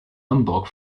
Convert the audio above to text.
hamburg